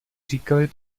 říkali